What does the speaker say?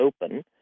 Open